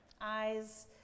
eyes